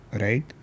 right